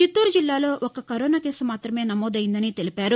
చిత్తూరు జిల్లాలో ఒక corona case మాతమే నమోదయిందని తెలిపారు